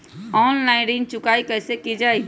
Online ऋण चुकाई कईसे की ञाई?